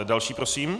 Další prosím?